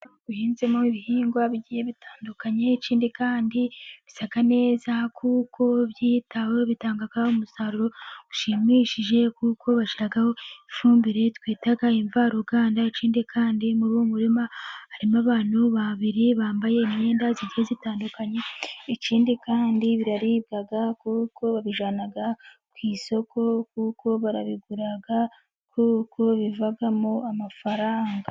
Umurima uhinzemo ibihingwa bigiye bitandukanye, ikindi kandi bisa neza kuko byitaweho bitanga umusaruro ushimishije, kuko bashyiraho ifumbire twita imvaruganda, ikindi kandi muri uwo murima ,harimo abantu babiri bambaye imyenda igiye itandukanye, ikindi kandi biraribwa kuko babijyana ku isoko, kuko barabigura kuko bivamo amafaranga.